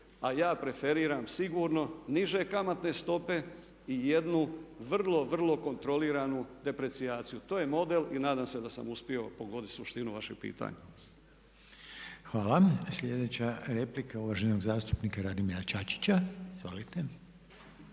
a ja preferiram sigurno niže kamatne stope i jednu vrlo, vrlo kontroliranu deprecijaciju. To je model i nadam se da sam uspio pogoditi suštinu vašeg pitanja. **Reiner, Željko (HDZ)** Hvala. Sljedeća replika je uvaženog zastupnika Radimira Čačića. Izvolite.